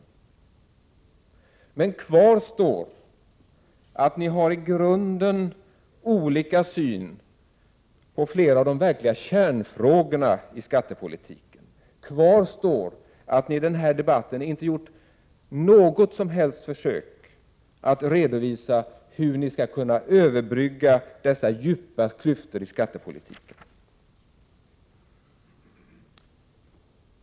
Men kvar står att ni har i grunden olika syn på flera av de verkliga kärnfrågorna i skattepolitiken. Kvar står att ni i denna debatt inte har gjort något som helst försök att redovisa hur ni skall kunna överbrygga dessa djupa klyftor i skattepolitiken.